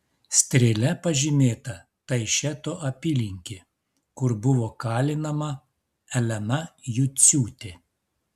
strėle pažymėta taišeto apylinkė kur buvo kalinama elena juciūtė